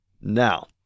Now